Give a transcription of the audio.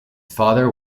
father